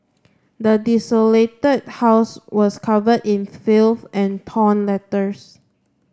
the desolated house was covered in filth and torn letters